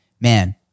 man